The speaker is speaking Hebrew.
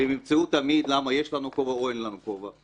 והם ימצאו תמיד למה יש לנו כובע או אין לנו כובע.